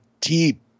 deep